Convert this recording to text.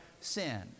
sin